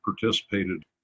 participated